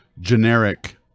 generic